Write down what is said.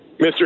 Mr